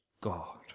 God